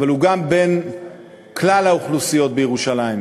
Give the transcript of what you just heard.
אבל הוא גם בין כלל האוכלוסיות בירושלים.